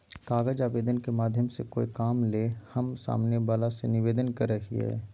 कागज आवेदन के माध्यम से कोय काम ले हम सामने वला से निवेदन करय हियय